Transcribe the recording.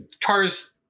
cars